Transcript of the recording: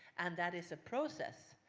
and that is a process.